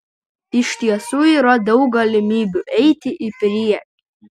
iš tiesų yra daug galimybių eiti į priekį